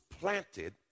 planted